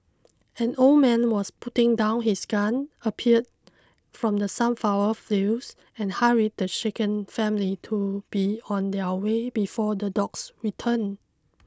an old man was putting down his gun appeared from the sunflower fields and hurried the shaken family to be on their way before the dogs return